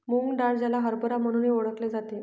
मूग डाळ, ज्याला हरभरा म्हणूनही ओळखले जाते